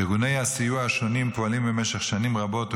ארגוני הסיוע השונים פועלים במשך שנים רבות,